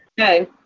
okay